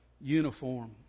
uniform